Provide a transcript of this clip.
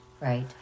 right